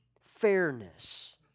fairness